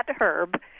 Herb